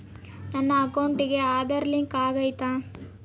ನನ್ನ ಅಕೌಂಟಿಗೆ ಆಧಾರ್ ಲಿಂಕ್ ಆಗೈತಾ?